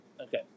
Okay